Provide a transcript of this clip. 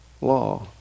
law